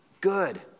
Good